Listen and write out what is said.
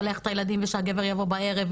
לקלח את הילדים ושהגבר יבוא בערב,